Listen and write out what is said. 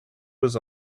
was